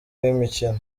w’imikino